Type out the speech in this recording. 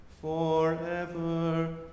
forever